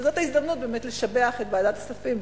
זאת ההזדמנות באמת לשבח את ועדת הכספים,